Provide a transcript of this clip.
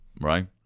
right